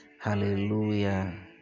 Hallelujah